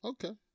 Okay